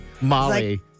molly